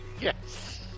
Yes